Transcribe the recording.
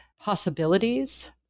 possibilities